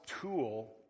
tool